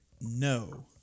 no